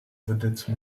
vedette